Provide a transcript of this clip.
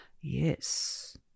Yes